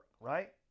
right